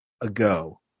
ago